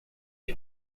ich